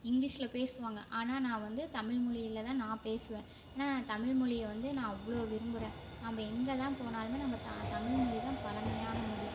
இங்க்லீஷ்ல பேசுவாங்கள் ஆனால் நான் வந்து தமில்மொழில தான் நான் பேசுவேன் ஏன்னா நான் தமில்மொலிய வந்து நான் அவ்வளோ விரும்புகிறேன் நம்ம எங்கே தான் போனாலுமே நம்ம த தமில்மொழி தான் பழமையான மொழி